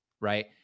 Right